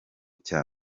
cya